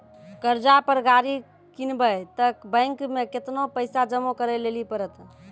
कर्जा पर गाड़ी किनबै तऽ बैंक मे केतना पैसा जमा करे लेली पड़त?